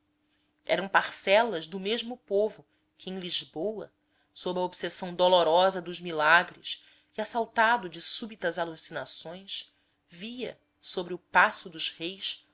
eram parcelas do mesmo povo que em lisboa sob a obsessão dolorosa dos milagres e assaltado de súbitas alucinações via sobre o paço dos reis